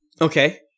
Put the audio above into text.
Okay